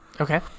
Okay